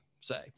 say